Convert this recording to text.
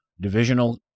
divisional